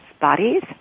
bodies